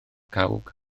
cawg